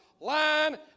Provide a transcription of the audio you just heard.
line